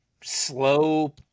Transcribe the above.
slow